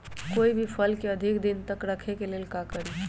कोई भी फल के अधिक दिन तक रखे के ले ल का करी?